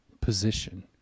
position